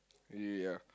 yeah